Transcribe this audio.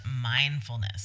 mindfulness